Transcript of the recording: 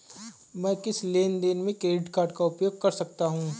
मैं किस लेनदेन में क्रेडिट कार्ड का उपयोग कर सकता हूं?